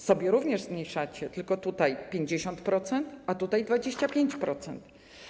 Sobie również zmniejszacie, tylko tutaj o 50%, a tutaj o 25%.